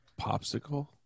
Popsicle